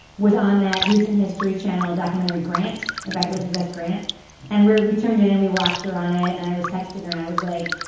was on that recent history channel documentary, grant, about ulysses s. grant and where we turned. and we watched her on it. and i was texting her and i was like,